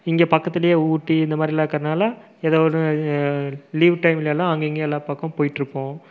இங்கே பக்கத்தில் ஊட்டி இந்தமாரிலாம் இருக்குறதுனால் எதோ ஒன்று லீவ் டைமுலேலாம் அங்கே இங்கே எல்லா பக்கமும் போயிட்டு இருப்போம்